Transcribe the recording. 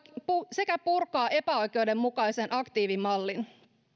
sekä purkaa epäoikeudenmukaisen aktiivimallin